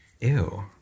Ew